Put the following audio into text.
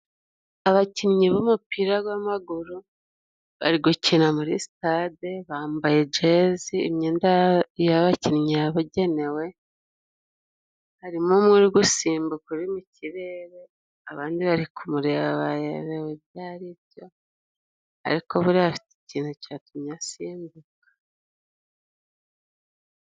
Abakinnyi b'umupira gw'amaguru bari gukina muri sitade, bambaye jezi imyenda yabakinnyi yabugenewe, harimo umwe uri gusimbukari mu kirere, abandi bari kumureba bayobewe ibyo ari byo, ariko buriya afite ikintu cyatumye asimbuka.